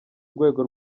rwego